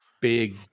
big